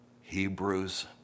Hebrews